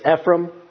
Ephraim